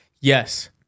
yes